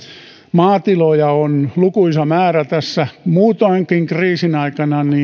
maatiloja on lukuisa määrä tässä muutoinkin kriisin aikana